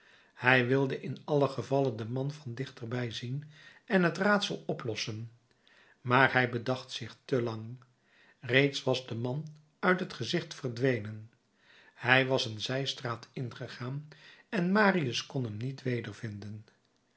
hij wilde in allen gevalle den man van dichterbij zien en het raadsel oplossen maar hij bedacht zich te lang reeds was de man uit het gezicht verdwenen hij was een zijstraat ingegaan en marius kon hem niet